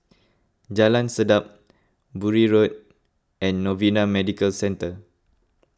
Jalan Sedap Bury Road and Novena Medical Centre